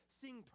sing